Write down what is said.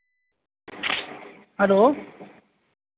hello